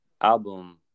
album